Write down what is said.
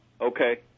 Okay